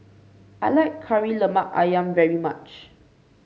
I like Kari Lemak ayam very much